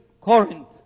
Corinth